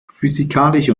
physikalische